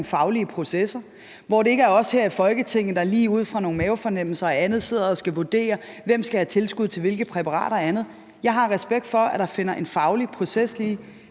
faglige processer, hvor det ikke er os her i Folketinget, der lige ud fra nogle mavefornemmelser og andet sidder og skal vurdere, hvem der skal have tilskud til hvilke præparater og andet. Jeg har respekt for, at der finder en faglig proces sted